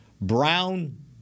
Brown